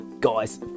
Guys